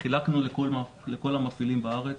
חילקנו לכל המפעילים בארץ,